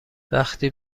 وقتی